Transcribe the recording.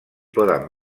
poden